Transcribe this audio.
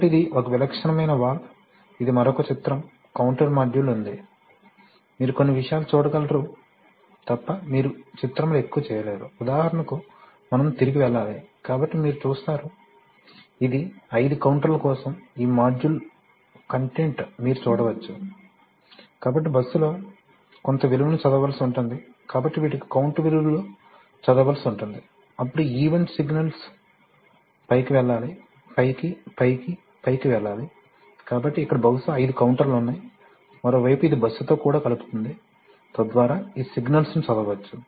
కాబట్టి ఇది ఒక విలక్షణమైన వాల్వ్ ఇది మరొక చిత్రం కౌంటర్ మాడ్యూల్ ఉంది మీరు కొన్ని విషయాలను చూడగలరు తప్ప మీరు చిత్రంలో ఎక్కువ చేయలేరు ఉదాహరణకు మనము తిరిగి వెళ్లాలి కాబట్టి మీరు చూస్తారు ఇది ఐదు కౌంటర్ల కోసం ఈ మాడ్యూల్ కంటెంట్ మీరు చూడవచ్చు కాబట్టి బస్సులో కౌంట్ విలువను చదవవలసి ఉంటుంది కాబట్టి వీటికి కౌంట్ విలువలు చదవవలసి ఉంటుంది అప్పుడు ఈవెంట్ సిగ్నల్స్ పైకి వెళ్ళాలి పైకి పైకి పైకి వెళ్ళాలి కాబట్టి ఇక్కడ బహుశా ఐదు కౌంటర్లు ఉన్నాయి మరోవైపు ఇది బస్సుతో కూడా కలుపుతుంది తద్వారా ఈ సిగ్నల్స్ ను చదవవచ్చు